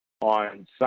on